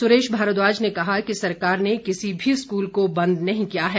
सुरेश भारद्वाज ने कहा कि सरकार ने किसी भी स्कूल को बंद नहीं किया है